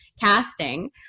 casting